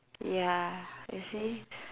ya I see